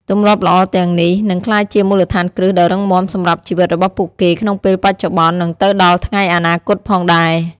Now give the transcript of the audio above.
ទម្លាប់ល្អ ទាំងនេះនឹងក្លាយជាមូលដ្ឋានគ្រឹះដ៏រឹងមាំសម្រាប់ជីវិតរបស់ពួកគេក្នុងពេលបច្ចុប្បន្ននឹងទៅដល់ថ្ងៃអនាគតផងដែរ ។